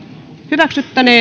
hyvät